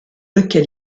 lequel